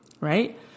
right